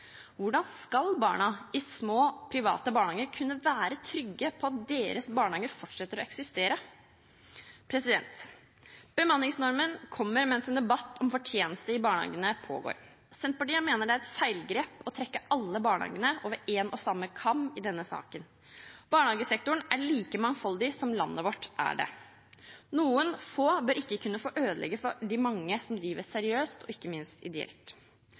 Hvordan skal barna i små, private barnehager kunne være trygge på at deres barnehage fortsetter å eksistere? Bemanningsnormen kommer mens en debatt om fortjeneste i barnehagene pågår. Senterpartiet mener det er et feilgrep å skjære alle barnehagene over én og samme kam i denne saken. Barnehagesektoren er like mangfoldig som landet vårt er det. Noen få bør ikke kunne få ødelegge for de mange som driver seriøst og ikke minst ideelt.